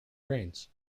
grains